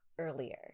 earlier